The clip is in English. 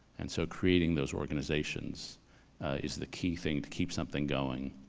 and so creating those organizations is the key thing to keep something going.